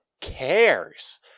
cares